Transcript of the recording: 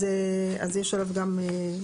אז יש עליו גם איסורים.